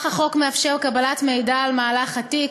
כך, החוק מאפשר קבלת מידע על מהלך התיק.